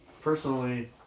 Personally